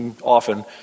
often